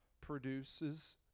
produces